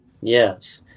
Yes